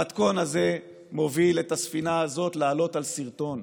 המתכון הזה מוביל את הספינה הזאת לעלות על שרטון.